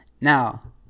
Now